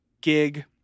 gig